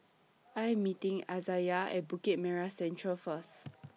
I Am meeting Izayah At Bukit Merah Central First